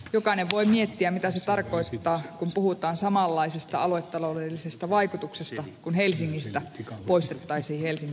jokainen voi miettiä mitä se tarkoittaa kun puhutaan samanlaisista aluetaloudellisesta vaikutuksesta kuin jos helsingistä poistettaisiin helsingin yliopisto